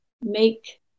make